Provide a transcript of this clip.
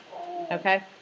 Okay